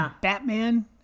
batman